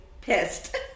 pissed